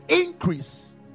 increase